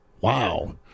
Wow